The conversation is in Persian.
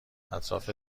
اطراف